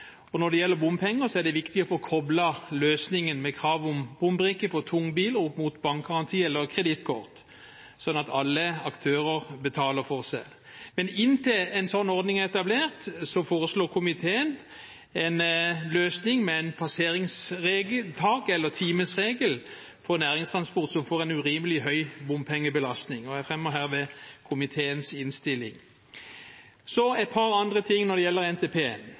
og når det gjelder bompenger, er det viktig å få koblet løsningen med krav om bombrikke for tung bil opp mot bankgaranti eller kredittkort, sånn at alle aktører betaler for seg. Men inntil en slik ordning er etablert, foreslår komiteen en løsning med et passeringstak eller en timesregel for næringstransport som får en urimelig høy bompengebelastning. Jeg fremmer herved komiteens innstilling. Så et par andre ting når det gjelder NTP.